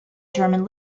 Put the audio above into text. german